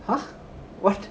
!huh! what